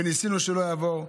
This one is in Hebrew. וניסינו שלא יהיה חוק.